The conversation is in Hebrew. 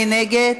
מי נגד?